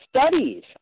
studies